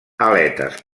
aletes